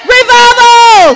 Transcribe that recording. Revival